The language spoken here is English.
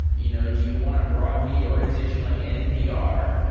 you know do you want a broad media organization like npr?